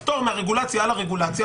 פטור מהרגולציה על הרגולציה,